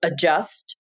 adjust